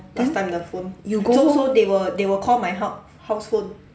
then you go home